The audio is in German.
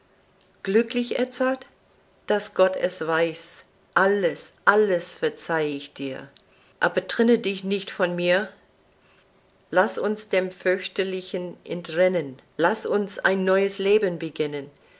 glücklich edzard daß gott es weiß alles alles verzeih ich dir aber trenne dich nicht von mir laß uns dem fürchterlichen entrinnen laß uns ein neues leben beginnen